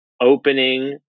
opening